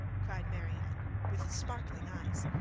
cried marianne with sparkling eyes,